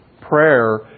prayer